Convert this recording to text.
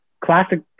Classic